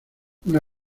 una